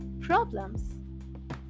problems